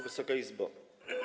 Wysoka Izbo!